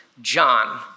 John